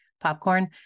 popcorn